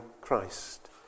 Christ